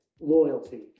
loyalty